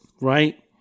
right